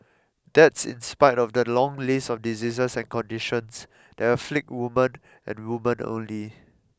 that's in spite of the long list of diseases and conditions that afflict women and women only